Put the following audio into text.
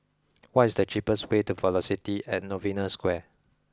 what is the cheapest way to Velocity at Novena Square